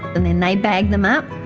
and then they bag them up.